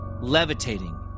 levitating